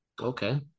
Okay